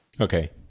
Okay